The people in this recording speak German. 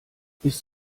bis